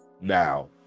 now